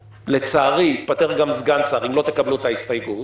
לצערי יתפטר גם סגן שר, אם לא תקבלו את ההסתייגות.